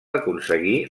aconseguir